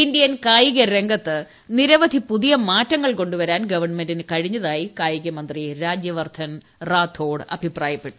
Indian കായിക രംഗത്ത് നിരവധി പുതിയ മാറ്റങ്ങൾ കൊണ്ടുവരാൻ ഗവൺമെന്റിന് കഴിഞ്ഞതായി കായികമന്ത്രി രാജ്യവർദ്ധൻ റാത്തോർ അഭിപ്രായപ്പെട്ടു